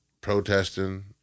protesting